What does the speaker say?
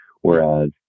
whereas